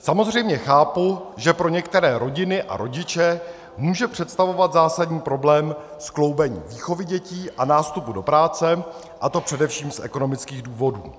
Samozřejmě chápu, že pro některé rodiny a rodiče může představovat zásadní problém skloubení výchovy dětí a nástupu do práce, a to především z ekonomických důvodů.